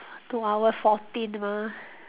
two hour fourteen mah